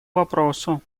вопросу